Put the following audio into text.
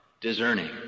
discerning